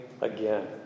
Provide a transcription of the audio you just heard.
again